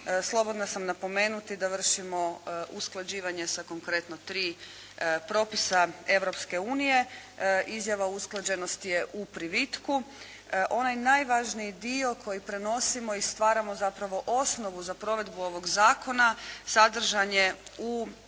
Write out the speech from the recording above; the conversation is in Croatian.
slobodna sam napomenuti da vršimo usklađivanje sa konkretno tri propisa Europske unije. Izjava usklađenosti je u privitku. Onaj najvažniji dio koji prenosimo i stvaramo zapravo osnovu za provedbu ovog zakona sadržan je u